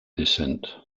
descent